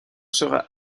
sera